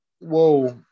Whoa